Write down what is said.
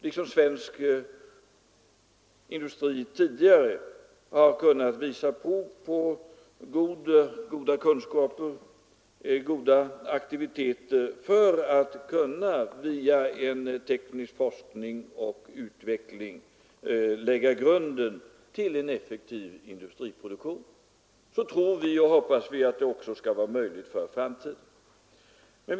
Liksom svensk industri tidigare har kunnat visa prov på goda kunskaper, goda aktiviteter för att via teknisk forskning och utveckling lägga grunden till en effektiv industriproduktion tror :och hoppas vi att det också skall vara möjligt för framtiden.